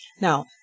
Now